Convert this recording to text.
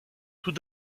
tout